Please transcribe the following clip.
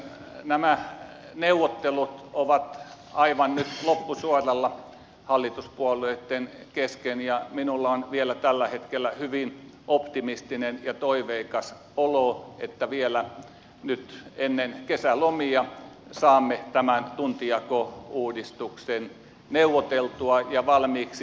nämä neuvottelut ovat nyt aivan loppusuoralla hallituspuolueitten kesken ja minulla on vielä tällä hetkellä hyvin optimistinen ja toiveikas olo että vielä nyt ennen kesälomia saamme tämän tuntijakouudistuksen neuvoteltua ja valmiiksi